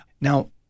Now